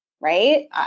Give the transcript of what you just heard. right